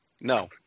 No